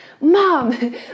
mom